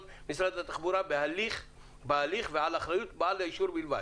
משרד התחבורה בהליך ועל אחריות בעל האישור בלבד,